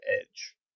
edge